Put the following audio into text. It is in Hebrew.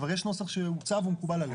כבר יש נוסח שהוצע והוא מקובל עלינו.